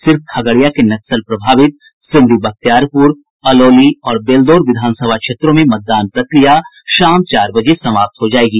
सिर्फ खगड़िया के नक्सल प्रभावित सिमरी बख्तियारपुर अलौली और बेलदौर विधानसभा क्षेत्रों में मतदान प्रक्रिया शाम चार बजे समाप्त हो जायेगी